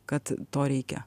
kad to reikia